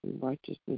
righteousness